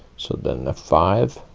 so then the five